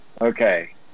okay